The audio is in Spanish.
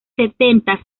setenta